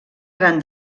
gran